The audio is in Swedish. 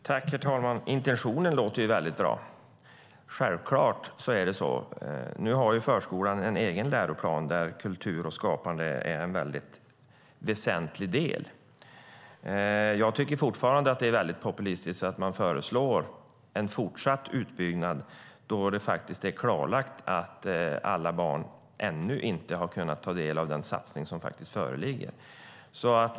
Herr talman! Intentionen låter väldigt bra. Självklart är det så. Nu har förskolan en egen läroplan, där kultur och skapande är en väldigt väsentlig del. Jag tycker fortfarande att det är väldigt populistiskt att man föreslår en fortsatt utbyggnad då det faktiskt är klarlagt att alla barn ännu inte har kunnat ta del av den satsning som faktiskt föreligger.